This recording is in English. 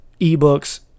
eBooks